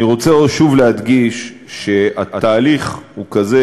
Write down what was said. אני רוצה שוב להדגיש שהתהליך הוא כזה,